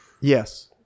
Yes